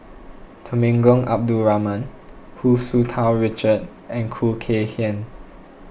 Temenggong Abdul Rahman Hu Tsu Tau Richard and Khoo Kay Hian